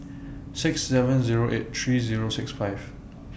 six seven Zero eight three Zero six five